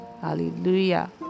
Hallelujah